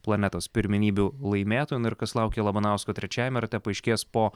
planetos pirmenybių laimėtoju na ir kas laukia labanausko trečiajame rate paaiškės po